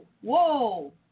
whoa